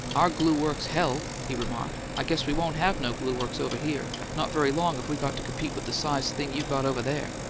our glue-works, hell! he remarked. i guess we won't have no glue-works over here not very long, if we got to compete with the sized thing you got over there!